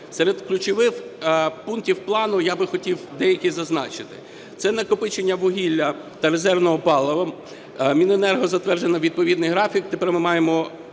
Серед ключових пунктів плану я би хотів деякі зазначити. Це накопичення вугілля та резервного палива, Міненерго затверджено відповідний графік, і тепер ми маємо